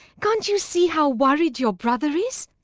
can't you see how worried your brother is?